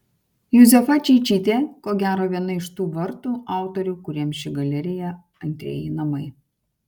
juzefa čeičytė ko gero viena iš tų vartų autorių kuriems ši galerija antrieji namai